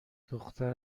دختر